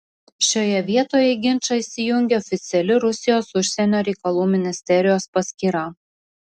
šioje vietoje į ginčą įsijungė oficiali rusijos užsienio reikalų ministerijos paskyra